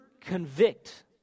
convict